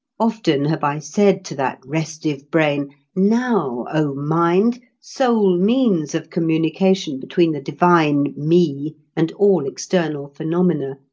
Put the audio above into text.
often have i said to that restive brain now, o mind, sole means of communication between the divine me and all external phenomena,